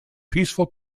peaceful